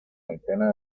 veintena